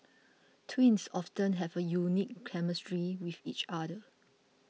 twins often have a unique chemistry with each other